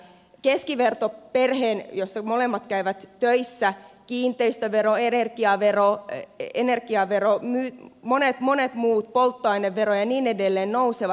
keskivertoperheen jossa molemmat vanhemmat käyvät töissä kiinteistövero energiavero polttoainevero ja niin edelleen monet monet muut nousevat